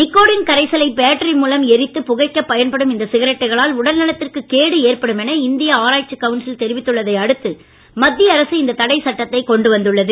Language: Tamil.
நிகோடின் கரைசலை பேட்டரி மூலம் எரித்து புகைக்கப் பயன்படும் இந்த சிகரெட்டுகளால் உடல் நலத்திற்கு கேடு ஏற்படும் என இந்திய ஆராய்ச்சி கவுன்சில் தெரிவித்துள்ளதை அடுத்து மத்திய அரசு இந்த தடை சட்டத்தைக் கொண்டு வந்துள்ளது